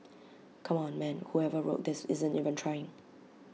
come on man whoever wrote this isn't even trying